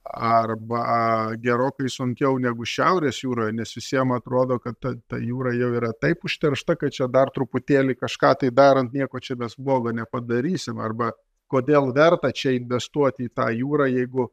arba gerokai sunkiau negu šiaurės jūroje nes visiem atrodo kad ta ta jūra jau yra taip užteršta kad čia dar truputėlį kažką tai darant nieko čia mes blogo nepadarysim arba kodėl verta čia investuot į tą jūrą jeigu